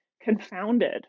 confounded